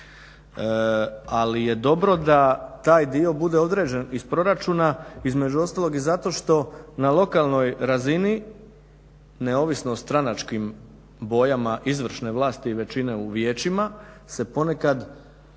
Ali je dobro da taj dio bude određen iz proračuna između ostalog i zato što na lokalnoj razini neovisno o stranačkim bojama izvršne vlasti i većine u vijećima se ponekad zaobilazi